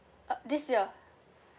uh this year